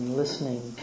listening